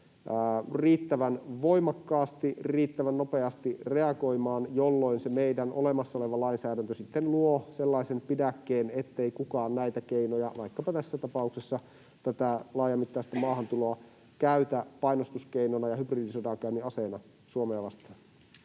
riittävän voimakkaasti ja riittävän nopeasti reagoimaan, jolloin se meidän olemassa oleva lainsäädäntö sitten luo sellaisen pidäkkeen, ettei kukaan näitä keinoja, vaikkapa tässä tapauksessa tätä laajamittaista maahantuloa, käytä painostuskeinona ja hybridisodankäynnin aseena Suomea vastaan.